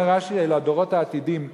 ואומר רש"י: אלה הדורות העתידים לבוא.